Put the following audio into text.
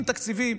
עם תקציבים,